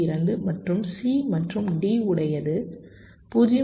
2 மற்றும் C மற்றும் D உடையது 0